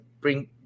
bring